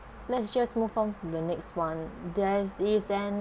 let's just move on to the next one there is an